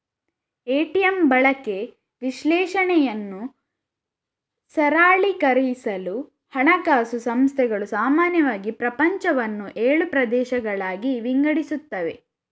ATM ಬಳಕೆ ವಿಶ್ಲೇಷಣೆಯನ್ನು ಸರಳೀಕರಿಸಲು ಹಣಕಾಸು ಸಂಸ್ಥೆಗಳು ಸಾಮಾನ್ಯವಾಗಿ ಪ್ರಪಂಚವನ್ನು ಏಳು ಪ್ರದೇಶಗಳಾಗಿ ವಿಂಗಡಿಸುತ್ತವೆ